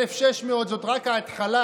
1,600 זאת רק ההתחלה,